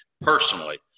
Personally